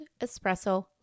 espresso